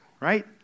right